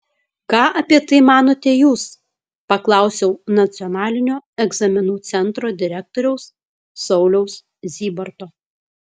ką apie tai manote jūs paklausiau nacionalinio egzaminų centro direktoriaus sauliaus zybarto